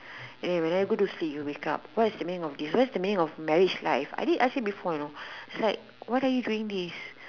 and when I go to sleep you wake up what's the meaning of what's the meaning of marriage life I did ask him before you know is like what are you doing this